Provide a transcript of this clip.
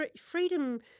freedom